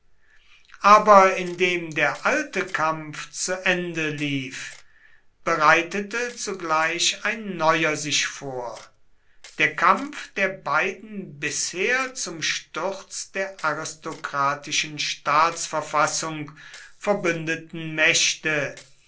aber indem der alte kampf zu ende lief bereitete zugleich ein neuer sich vor der kampf der beiden bisher zum sturz der aristokratischen staatsverfassung verbündeten mächte